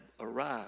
arrived